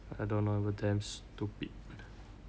I don't know it was damn stupid